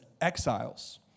exiles